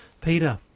Peter